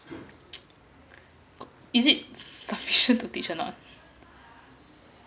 is it sufficient to teach or not